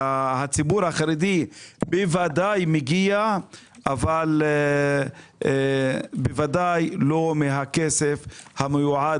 לציבור החרדי ודאי מגיע אבל ודאי לא מהכסף המיועד